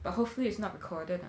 but hopefully is not recorded ah